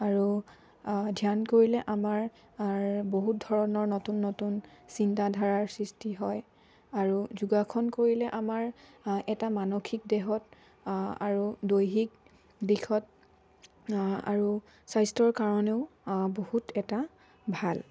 আৰু ধ্যান কৰিলে আমাৰ বহুত ধৰণৰ নতুন নতুন চিন্তাধাৰাৰ সৃষ্টি হয় আৰু যোগাসন কৰিলে আমাৰ এটা মানসিক দেহত আৰু দৈহিক দিশত আৰু স্বাস্থ্যৰ কাৰণেও বহুত এটা ভাল